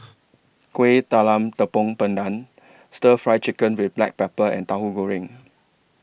Kuih Talam Tepong Pandan Stir Fry Chicken with Black Pepper and Tauhu Goreng